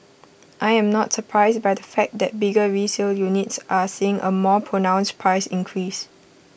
I am not surprised by the fact that bigger resale units are seeing A more pronounced price increase